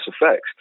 effects